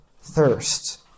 thirst